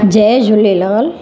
Jay Jhulelal